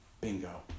Bingo